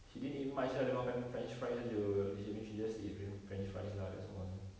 eat largely she didn't eat french fries you will you me she just eating french fries